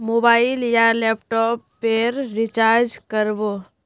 Mobile या laptop पेर recharge कर बो?